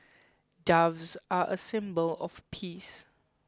doves are a symbol of peace